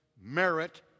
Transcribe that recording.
merit